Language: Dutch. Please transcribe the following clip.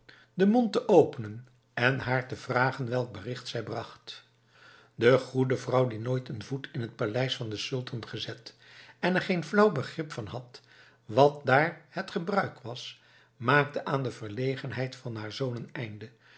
den mond te openen en haar te vragen welk bericht zij bracht de goede vrouw die nooit een voet in het paleis van den sultan gezet en er geen flauw begrip van had wat daar het gebruik was maakte aan de verlegenheid van haar zoon een einde